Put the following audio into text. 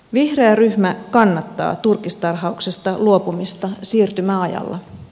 vihreä ryhmä kannattaa turkistarhauksesta luopumista siirtymäajalla